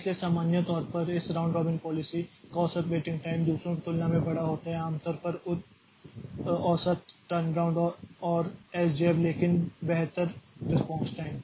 इसलिए सामान्य तौर पर इस राउंड रॉबिन पॉलिसी का औसत वेटिंग टाइम दूसरों की तुलना में बड़ा होता है आमतौर पर उच्च औसत टर्नअराउंड और एसजेएफ लेकिन बेहतर रेस्पॉन्स टाइम